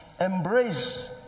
embrace